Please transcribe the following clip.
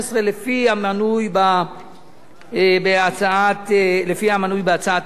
לפי המנוי בהצעת החוק.